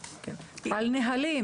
על נהלים.